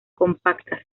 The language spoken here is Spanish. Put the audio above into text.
compacta